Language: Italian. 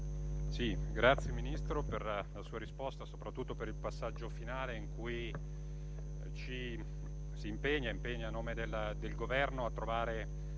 ringrazio il Ministro per la risposta e soprattutto per il passaggio finale in cui si impegna a nome del Governo a trovare